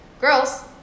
Girls